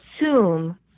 assume